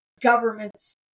governments